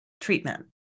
treatment